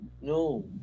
No